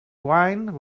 wine